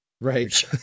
Right